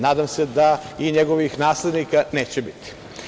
Nadam se da i njegovih naslednika neće biti.